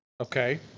Okay